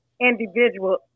individual